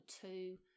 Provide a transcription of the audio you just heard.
two